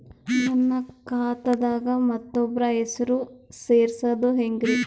ನನ್ನ ಖಾತಾ ದಾಗ ಮತ್ತೋಬ್ರ ಹೆಸರು ಸೆರಸದು ಹೆಂಗ್ರಿ?